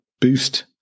boost